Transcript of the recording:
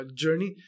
journey